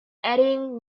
adding